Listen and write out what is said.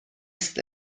ist